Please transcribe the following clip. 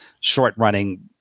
short-running